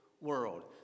world